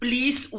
Please